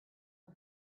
for